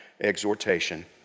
exhortation